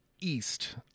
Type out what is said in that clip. east